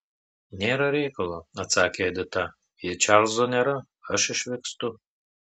nėra reikalo atsakė edita jei čarlzo nėra aš išvykstu